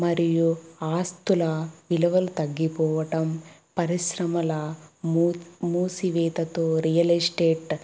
మరియు ఆస్తుల విలువలు తగ్గిపోవటం పరిశ్రమల మూసివేతతో రియల్ ఎస్టేట్